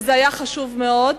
וזה היה חשוב מאוד.